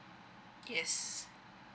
yes